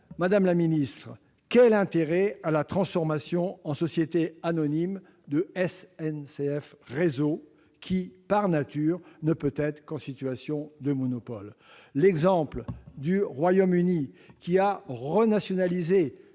madame la ministre, quel intérêt à transformer en société anonyme SNCF Réseau, qui, par nature, ne peut qu'être en situation de monopole ? L'exemple du Royaume-Uni, qui a renationalisé